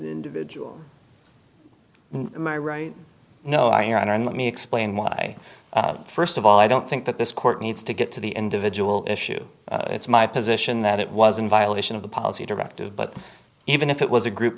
individual my right no i honor and let me explain why first of all i don't think that this court needs to get to the individual issue it's my position that it was in violation of the policy directive but even if it was a group